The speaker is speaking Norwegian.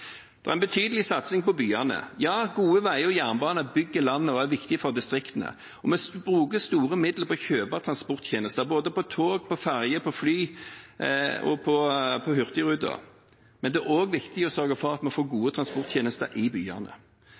Der er det en satsing for andre år på rad, og erfaringene er veldig gode. Alt i alt tyder dette på en enda sterkere trafikksikkerhet. Det er en betydelig satsing på byene. Ja, gode veier og jernbane bygger landet og er viktig for distriktene. Vi bruker store midler på å kjøpe transporttjenester, både på tog, på ferjer, på fly og på Hurtigruten. Men det er